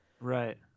Right